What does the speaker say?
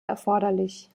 erforderlich